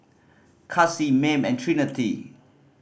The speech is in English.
Kaci Mayme and Trinity